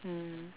mm